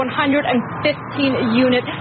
115-unit